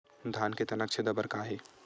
धान के तनक छेदा बर का हे?